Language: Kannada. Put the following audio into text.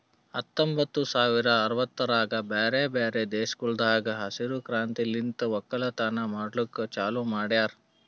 ಹತ್ತೊಂಬತ್ತು ಸಾವಿರ ಅರವತ್ತರಾಗ್ ಬ್ಯಾರೆ ಬ್ಯಾರೆ ದೇಶಗೊಳ್ದಾಗ್ ಹಸಿರು ಕ್ರಾಂತಿಲಿಂತ್ ಒಕ್ಕಲತನ ಮಾಡ್ಲುಕ್ ಚಾಲೂ ಮಾಡ್ಯಾರ್